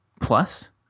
Plus